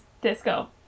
Disco